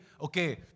okay